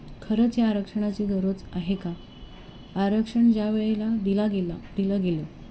खरंच या आरक्षणाची गरज आहे का आरक्षण ज्या वेळेला दिला गेला दिलं गेलं